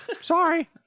Sorry